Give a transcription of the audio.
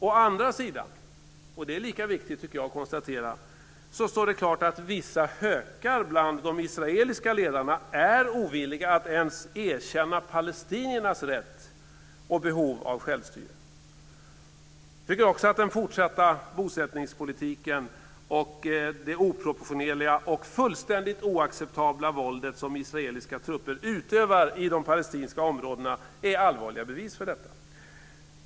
Å andra sidan står det klart, och det är lika viktigt att konstatera, att vissa "hökar" bland de israeliska ledarna är ovilliga att ens erkänna palestiniernas rätt till och behov av självstyre. Jag tycker också att den fortsatta bosättningspolitiken och det oproportionerliga och fullständigt oacceptabla våld som israeliska trupper utövar i de palestinska områdena är allvarliga bevis för detta.